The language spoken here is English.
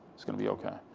will kind of be okay.